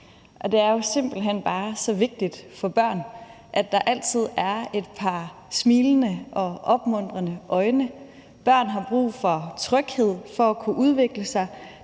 Det er jo simpelt hen bare så vigtigt for børn, at der altid er et par smilende og opmuntrende øjne. Børn har brug for tryghed, for at kunne udvikle sig,